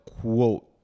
quote